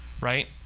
right